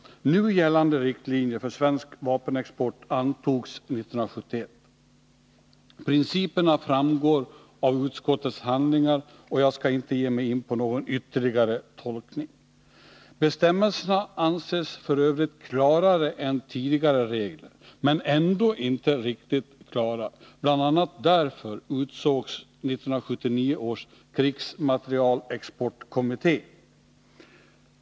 Nu gällande riktlinjer för svensk vapenexport antogs 1971. Principerna framgår av utskottets handlingar, och jag skall inte ge mig in på någon ytterligare tolkning. Bestämmelserna anses f. ö. klarare än tidigare regler men ändå inte riktigt klara. Bl. a. därför utsågs 1979 års krigsmaterielexportkommitté.